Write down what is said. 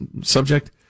subject